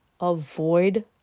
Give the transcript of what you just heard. Avoid